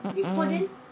mm mm